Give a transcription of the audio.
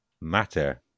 matter